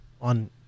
on